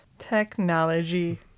technology